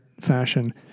fashion